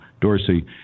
Dorsey